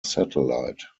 satellite